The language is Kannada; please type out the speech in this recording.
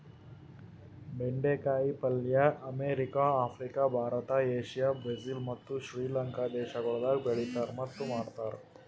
ಬೆಂಡೆ ಕಾಯಿ ಪಲ್ಯ America, Africa, Bharat, Asia, Brazil ಮತ್ತ್ ಶ್ರೀ ಲಂಕಾ ದೇಶಗೊಳ್ದಾಗ್ ಬೆಳೆತಾರ್ ಮತ್ತ್ ಮಾಡ್ತಾರ್